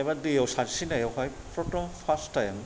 एबा दैयाव सानस्रिनायाव फार्स्ट टाइम